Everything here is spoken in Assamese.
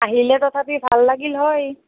আহিলে তথাপি ভাল লাগিল হয়